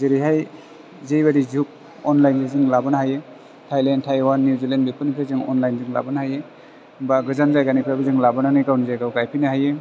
जेरैहाइ जे बाइदि जुग अनलाइनजों जों लाबोनो हायो थाइलेन्द टाइवान निउजिलेण्ड बेफोरनिफ्राइ जों अनलाइनजों लाबोनो हायो बा गोजान जाइगानिफ्राइबो लाबोनानै जों गावनि जाइगायाव गाइफैनो हायो